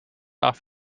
off